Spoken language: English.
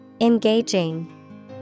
Engaging